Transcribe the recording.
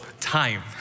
time